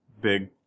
big